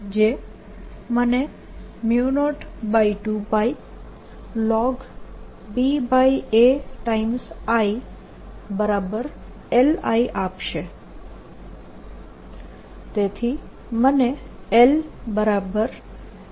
જે મને 02πln I LI આપશે